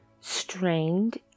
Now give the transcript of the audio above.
strained